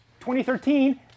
2013